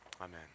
Amen